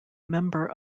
member